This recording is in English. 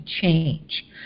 change